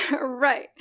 Right